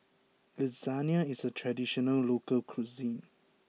Lasagne is a traditional local cuisine